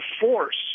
force